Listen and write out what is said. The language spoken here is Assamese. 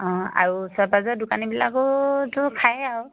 অঁ আৰু ওচৰে পাজৰে দোকানীবিলাকেওতো খায়ে আৰু